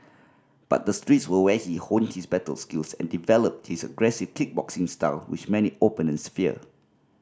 but the streets were where he honed his battle skills and developed his aggressive kickboxing style which many opponents fear